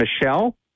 Michelle